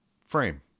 frame